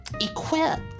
equipped